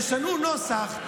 ותשנו נוסח,